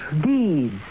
Deeds